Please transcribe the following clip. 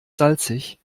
salzig